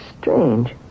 strange